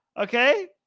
okay